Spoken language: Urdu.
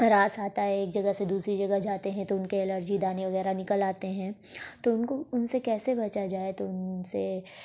راس آتا ہے ایک جگہ سے دوسری جگہ جاتے ہیں تو ان کے الرجی دانے وغیرہ نکل آتے ہیں تو ان کو ان سے کیسے بچا جائے تو ان سے